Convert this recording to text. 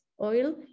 oil